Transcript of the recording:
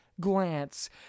Glance